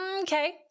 Okay